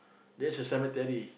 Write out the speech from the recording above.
that's the cemetery